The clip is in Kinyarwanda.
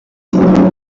kumoka